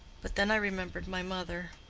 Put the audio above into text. but then i remembered my mother.